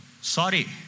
Sorry